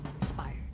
inspired